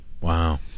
Wow